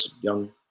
young